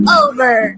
over